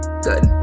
good